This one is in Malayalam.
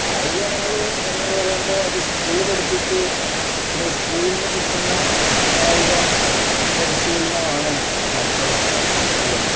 കായിക ഇനങ്ങള് എന്നൊക്കെ പറയുമ്പോൾ അത് സ്കൂളിൽ പഠിപ്പിച്ച് ഇല്ലെങ്കിൽ സ്കൂളിന്ന് കിട്ടുന്ന കായിക പരിശീലനമാണ് മറ്റുള്ള ഉള്ളത്